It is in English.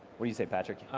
what you say patrick?